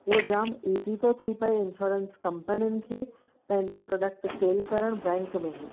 उहो जाम इजी थो थिए थी पए इंश्योरेंस कंपनीनि खे पंहिंजो प्रोडक्ट सेल करण बैंक में ई